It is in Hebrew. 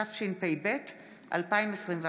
התשפ"ב 2021,